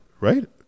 right